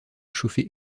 chauffer